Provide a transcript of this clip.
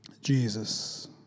Jesus